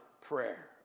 prayer